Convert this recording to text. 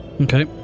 Okay